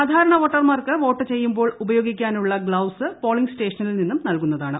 സാധാരണ വോട്ടർമാർക്ക് വോട്ട് ചെയ്യുമ്പോൾ ഉപയോഗിക്കാനുള്ള ഗ്ലൌസ് പോളിംഗ് സ്റ്റേഷനിൽ നിന്ന് നൽകുന്നതാണ്